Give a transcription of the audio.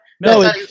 No